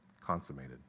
consummated